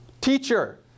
teacher